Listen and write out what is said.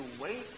wait